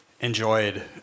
enjoyed